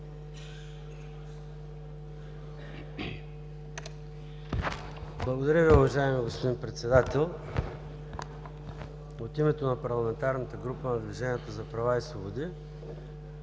Благодаря Ви, уважаеми господин Председател. От името на парламентарна група на „Движението за права и свободи“